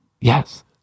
Yes